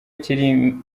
kiri